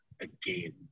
again